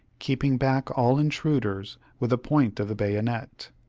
keeping back all intruders with the point of the bayonet.